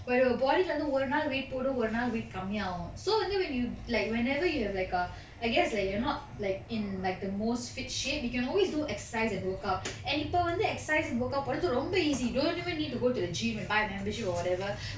where your body lah வந்து ஒரு நாள்:vanthu oru nal weight போடும் ஒரு நாள்:podum oru nal weight கம்மியாகும்:kammiyakum so whenever you have like err I guess like you're not like in like the most fit shape you can always do exercise and workout and இப்ப வந்து:ippa vanthu exercise and work out பண்றது ரொம்ப:panrathu romba easy don't even need to go to the gym and buy a membership or whatever